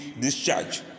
discharge